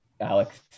Alex